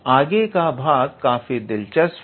आगे का भाग काफी दिलचस्प है